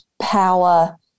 power